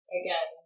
again